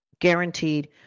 Guaranteed